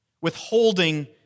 Withholding